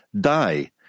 die